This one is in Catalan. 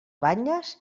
banyes